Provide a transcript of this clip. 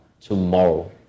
tomorrow